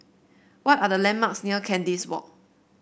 what are the landmarks near Kandis Walk